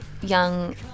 Young